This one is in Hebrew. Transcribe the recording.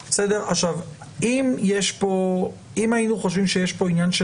אם היינו חושבים שיש כאן עניין של